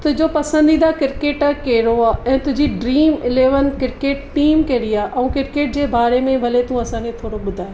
तुंहिंजो पसंदीदा क्रिकेटर कहिड़ो आहे ऐं तुंहिंजी ड्रीम इलेवन क्रिकेट टीम कहिड़ी आहे ऐं क्रिकेट जे बारे में भले तूं असांखे थोरो ॿुधाए